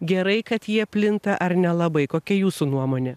gerai kad jie plinta ar nelabai kokia jūsų nuomonė